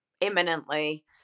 imminently